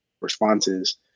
responses